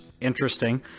interesting